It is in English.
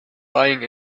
lying